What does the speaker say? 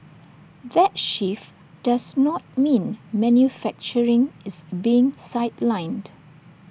that shift does not mean manufacturing is being sidelined